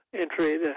entry